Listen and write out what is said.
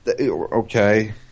Okay